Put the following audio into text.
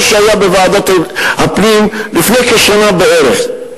דיון שהיה בוועדת הפנים לפני שנה בערך.